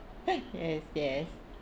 yes yes